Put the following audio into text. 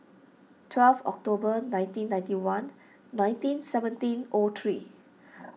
twelve October nineteen ninety one nineteen seventeen ought three